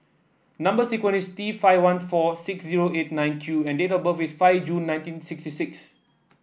number sequence is T five one four six zero eight nine Q and date of birth is five June nineteen sixty six